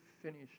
finish